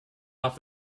off